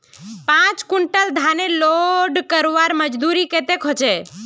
पाँच कुंटल धानेर लोड करवार मजदूरी कतेक होचए?